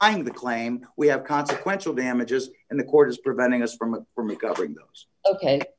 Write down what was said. i am the claim we have consequential damages and the court is preventing us from